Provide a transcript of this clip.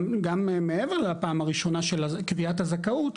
גם מעבר לפעם הראשונה של קביעת הזכאות,